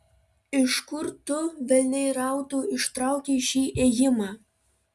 iš kur tu velniai rautų ištraukei šį ėjimą